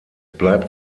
bleibt